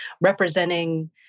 representing